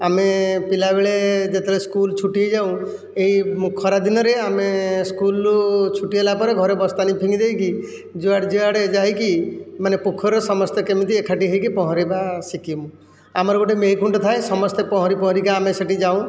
ଆମେ ପିଲାବେଳେ ଯେତେବେଳେ ସ୍କୁଲ ଛୁଟି ହେଇଯାଉଁ ଏହି ଖରାଦିନରେ ଆମେ ସ୍କୁଲରୁ ଛୁଟି ହେଲା ପରେ ଘରେ ବସ୍ତାନି ଫିଙ୍ଗି ଦେଇକି ଯୁଆଡ଼େ ଯୁଆଡ଼େ ଯାଇକି ମାନେ ପୋଖରୀର ସମସ୍ତେ କେମିତି ଏକାଠି ହୋଇକି ପହଁରିବା ଶିଖିମୁ ଆମର ଗୋଟିଏ ମେଇ ଖୁଣ୍ଟ ଥାଏ ସମସ୍ତେ ପହଁରି ପହଁରିକା ଆମେ ସେଠି ଯାଉଁ